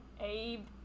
Abe